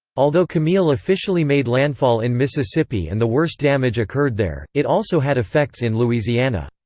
although camille officially made landfall in mississippi and the worst damage occurred there, it also had effects in louisiana.